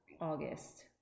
August